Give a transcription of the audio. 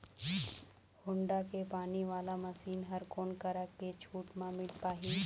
Honda के पानी वाला मशीन हर कोन करा से छूट म मिल पाही?